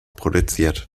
produziert